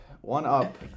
one-up